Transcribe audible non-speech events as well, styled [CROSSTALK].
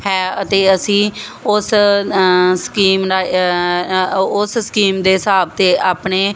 ਹੈ ਅਤੇ ਅਸੀਂ ਉਸ ਸਕੀਮ ਦਾ [UNINTELLIGIBLE] ਉਸ ਸਕੀਮ ਦੇ ਹਿਸਾਬ 'ਤੇ ਆਪਣੇ